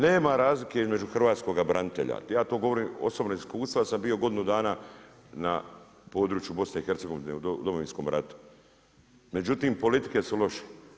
Nema razlike između hrvatskoga branitelja, ja to govorim iz osobnog iskustva jer sam bio godinu dana na području BiH u Domovinskom ratu, međutim politike su loše.